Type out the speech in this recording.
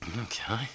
Okay